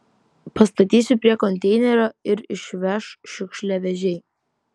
pastatysiu prie konteinerio ir išveš šiukšliavežiai